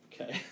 Okay